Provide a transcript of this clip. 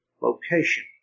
location